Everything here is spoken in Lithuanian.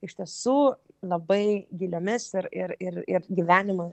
iš tiesų labai giliomis ir ir ir ir gyvenimą